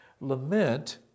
Lament